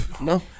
No